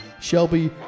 Shelby